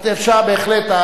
אפשר בהחלט,